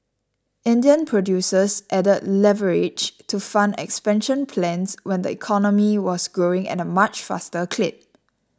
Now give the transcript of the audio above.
Indian producers added leverage to fund expansion plans when the economy was growing at a much faster clip